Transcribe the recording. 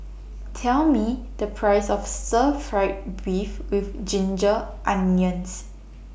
Tell Me The Price of Stir Fried Beef with Ginger Onions